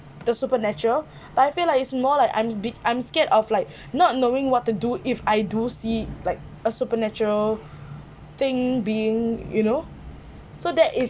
the supernatural but I feel like is more like I'm be I'm scared of like not knowing what to do if I do see like a supernatural thing being you know so that is